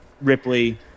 Ripley